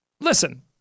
listen